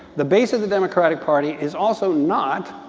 the base of the democratic party is also not